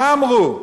מה אמרו?